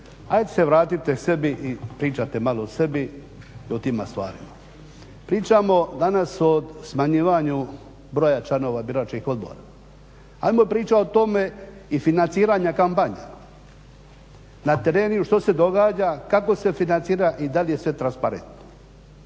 Hajd se vratite sebi i pričajte malo o sebi i o tima stvarima. Pričamo danas o smanjivanju broja članova biračkih odbora. Hajmo pričat o tome i financiranja kampanja. Na terenu što se događa, kako se financira i da li je sve transparentno.